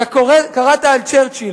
אתה קראת על צ'רצ'יל.